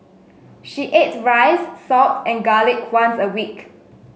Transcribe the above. she ate rice salt and garlic once a week